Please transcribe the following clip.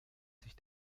sich